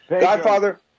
Godfather